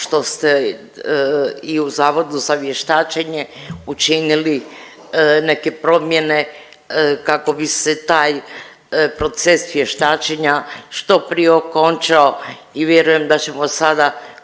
što ste i u Zavodu za vještačenje učinili neke promjene kako bi se taj proces vještačenja što prije okončao i vjerujem da ćemo sada